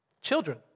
children